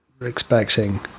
expecting